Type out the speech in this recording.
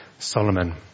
Solomon